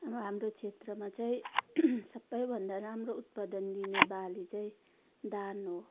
अब हाम्रो क्षेत्रमा चाहिँ सबैभन्दा राम्रो उत्पादन दिने बाली चाहिँ धान हो